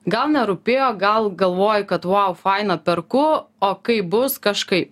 gal nerūpėjo gal galvoji kad uau faina perku o kaip bus kažkaip